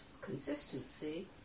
Consistency